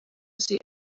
sie